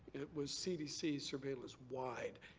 it was cdc surveillance-wide,